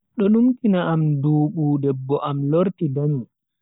Do numtina am ndubu debbo am lorti danyi.